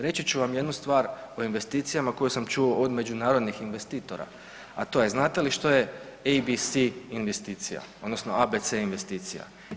Reći ću vam jednu stvar o investicijama koju sam čuo od međunarodnih investitora, a to je znate li što je ABC investicija odnosno ABC investicija?